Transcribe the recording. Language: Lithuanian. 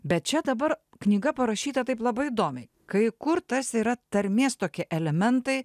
bet čia dabar knyga parašyta taip labai įdomiai kai kur tas yra tarmės tokie elementai